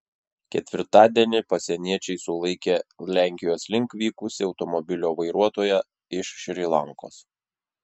ketvirtadienį pasieniečiai sulaikė lenkijos link vykusį automobilio vairuotoją iš šri lankos